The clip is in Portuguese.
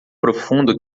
profundo